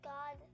God